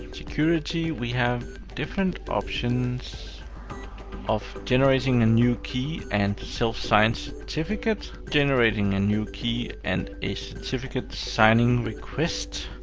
security, we have different options of generating a new key and self-signed certificates, generating a new key and a certificate signing request,